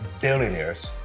billionaires